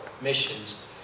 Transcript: missions